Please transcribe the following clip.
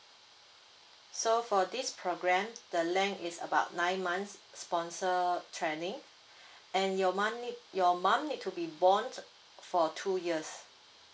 so for this program the length is about nine months sponsored training and your money your mum need to be bond for two years